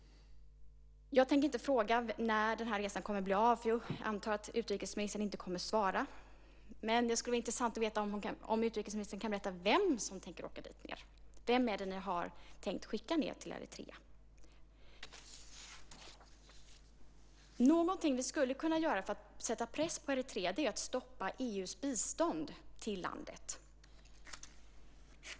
Jag tänker inte fråga när den här resan kommer att bli av, för jag antar att utrikesministern inte kommer att svara, men det skulle vara intressant att veta om utrikesministern kan berätta vem som tänker åka dit ned. Vem är det ni har tänkt skicka ned till Eritrea? Någonting vi skulle kunna göra för att sätta press på Eritrea är att stoppa EU:s bistånd till landet.